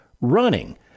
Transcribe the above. running